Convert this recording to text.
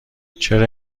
چرا